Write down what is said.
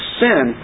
sin